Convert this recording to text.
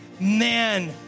man